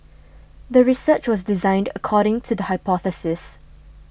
the research was designed according to the hypothesis